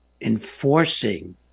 enforcing